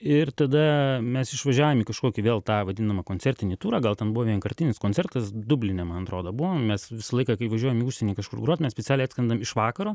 ir tada mes išvažiavom į kažkokį vėl tą vadinamą koncertinį turą gal ten buvo vienkartinis koncertas dubline man atrodo buvom mes visą laiką kai važiuojam į užsienį kažkur grot mes specialiai atskrendam iš vakaro